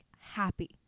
happy